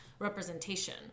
Representation